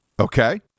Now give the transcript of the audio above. Okay